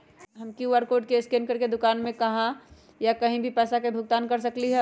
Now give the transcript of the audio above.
हम QR code scan करके दुकान में या कहीं भी पैसा के भुगतान कर सकली ह?